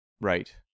right